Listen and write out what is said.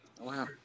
Wow